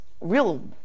real